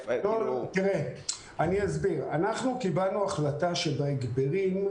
אני אסביר: אנחנו קיבלנו החלטה שבהסדרים,